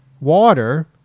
water